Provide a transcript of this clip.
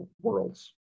worlds